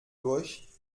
durch